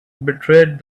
betrayed